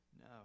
No